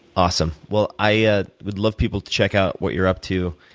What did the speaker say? awesome. well, i ah would love people to check out what you're up to.